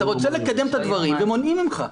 אתה רוצה לקדם את הדברים ומונעים ממך.